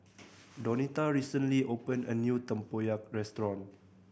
Donita recently opened a new tempoyak restaurant